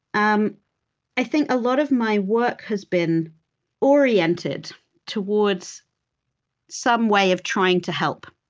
um i think a lot of my work has been oriented towards some way of trying to help.